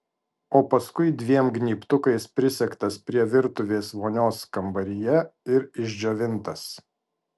o paskui dviem gnybtukais prisegtas prie virtuvės vonios kambaryje ir išdžiovintas